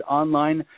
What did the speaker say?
online